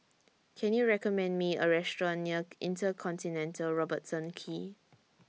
Can YOU recommend Me A Restaurant near InterContinental Robertson Quay